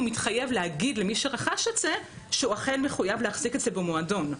הוא מתחייב להגיד למי שרכש את זה שהוא אכן מחויב להחזיק את זה במועדון.